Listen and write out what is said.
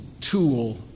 tool